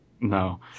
No